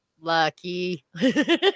Lucky